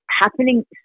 happening